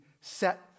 set